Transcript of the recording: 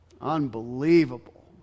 Unbelievable